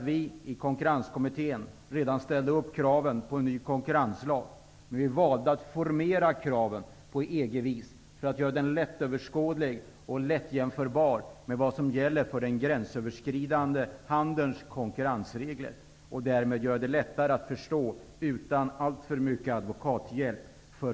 Vi i konkurrenskommittén ställde upp kraven på en ny konkurrenslag. Vi valde att formera kraven på EG vis för att göra den lättöverskådlig och lätt jämförbar med vad som gäller för den gränsöverskridande handelns konkurrensregler. Därmed gör vi den lättare att förstå för resp. företag utan alltför mycket advokathjälp.